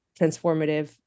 transformative